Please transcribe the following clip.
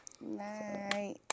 Night